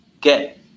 get